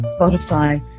Spotify